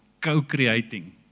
co-creating